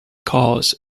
cause